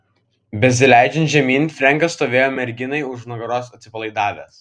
besileidžiant žemyn frenkas stovėjo merginai už nugaros atsipalaidavęs